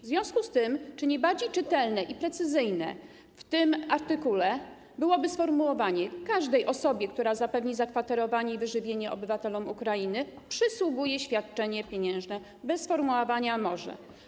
W związku z tym czy nie bardziej czytelne i precyzyjne w tym artykule byłoby sformułowanie: Każdej osobie, która zapewni zakwaterowanie i wyżywienie obywatelom Ukrainy, przysługuje świadczenie pieniężne - bez sformułowania ˝może˝